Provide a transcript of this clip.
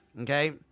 okay